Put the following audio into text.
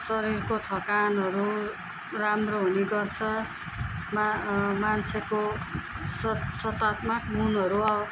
शरीरको थकानहरू राम्रो हुने गर्छ मा मान्छेको सत सकारात्मक मनहरू